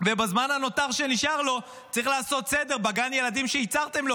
ובזמן הנותר שנשאר לו צריך לעשות סדר בגן ילדים שייצרתם לו,